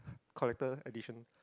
collector edition